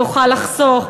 שיוכל לחסוך,